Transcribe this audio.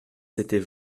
c’était